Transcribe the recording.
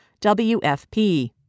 wfp